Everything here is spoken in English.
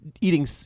eating